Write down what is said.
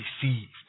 deceived